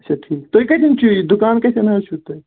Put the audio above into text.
اچھا ٹھیٖک تُہۍ کَتٮ۪ن چھُ یہِ دُکان کَتٮ۪ن حظ چھُو تُہۍ